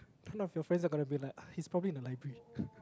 none of your friends are gonna be like he's probably in the library